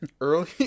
early